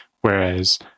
Whereas